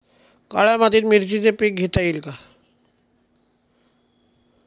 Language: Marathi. काळ्या मातीत मिरचीचे पीक घेता येईल का?